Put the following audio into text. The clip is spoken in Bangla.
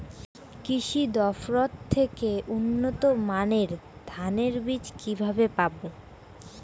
কৃষি দফতর থেকে উন্নত মানের ধানের বীজ কিভাবে পাব?